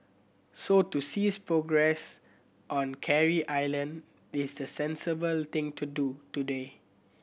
so to cease progress on Carey Island is the sensible thing to do today